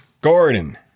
Gordon